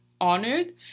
honored